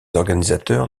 organisateurs